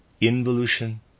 Involution